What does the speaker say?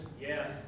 Yes